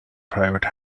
private